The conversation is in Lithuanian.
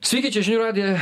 sveiki čia žinių radija